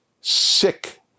sick